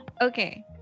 Okay